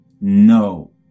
No